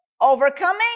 overcoming